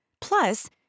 Plus